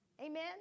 Amen